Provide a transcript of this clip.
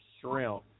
shrimp